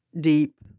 deep